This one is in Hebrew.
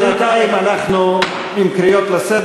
אבל בינתיים אנחנו עם קריאות לסדר.